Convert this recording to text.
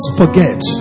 forget